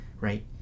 right